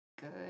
good